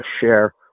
share